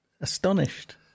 astonished